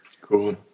cool